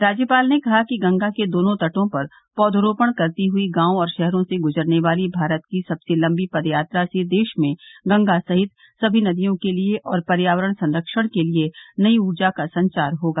राज्यपाल ने कहा कि गंगा के दोनों तटों पर पौधरोपण करती हुयी गांव और शहरों से गुजरने वाली भारत की सबसे लम्बी पदयात्रा से देश में गंगा सहित सभी नदियों के लिये और पर्यावरण संरक्षण के लिये नई ऊर्जा का संचार होगा